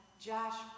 Josh